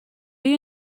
you